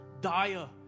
dire